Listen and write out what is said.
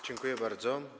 Dziękuję bardzo.